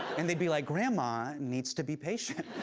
and they'd be like, grandma needs to be patient.